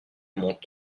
monte